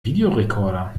videorekorder